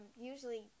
Usually